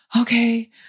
okay